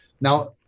Now